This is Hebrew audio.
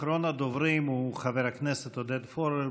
אחרון הדוברים הוא חבר הכנסת עודד פורר.